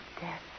death